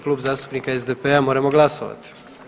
Klub zastupnika SDP-a moramo glasovati.